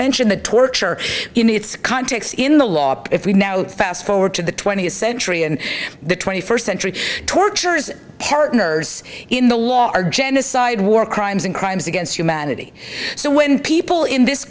mention the torture in its context in the law if we now fast forward to the twentieth century and the twenty first century torture is apparent nurse in the law are genocide war crimes and crimes against humanity so when people in this